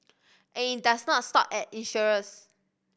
and it does not stop at insurers